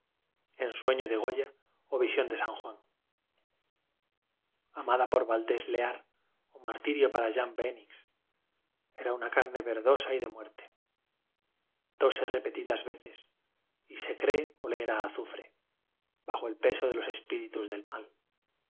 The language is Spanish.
sueño de goya o visión de san juan a m a biblioteca nacional de españa da por valdés lear o martirio para jan weenix era una carne verdosa y de muerte tose repetidas veces y se cree oler a azufre bajo el peso de los espíritus del mal